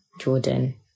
Jordan